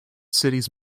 cities